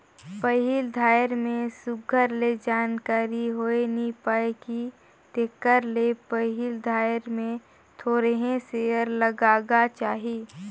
पहिल धाएर में सुग्घर ले जानकारी होए नी पाए कि तेकर ले पहिल धाएर में थोरहें सेयर लगागा चाही